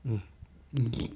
mm